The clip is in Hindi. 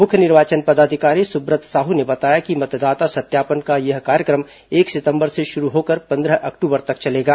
मुख्य निर्वाचन पदाधिकारी सुब्रत साहू ने बताया कि मतदाता सत्यापन का यह कार्यक्रम एक सितंबर से शुरू होकर पंद्रह अक्टूबर तक चलेगा